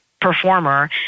performer